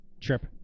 trip